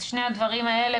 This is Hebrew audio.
אז שני דברים האלה,